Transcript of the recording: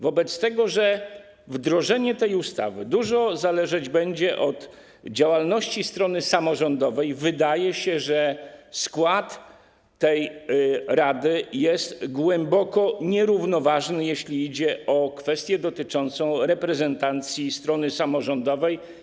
Wobec tego, że w zakresie wdrożenia tej ustawy dużo zależeć będzie od działalności strony samorządowej, wydaje się, że skład tej rady jest głęboko nierównoważny, jeśli idzie o kwestię dotyczącą reprezentacji strony samorządowej.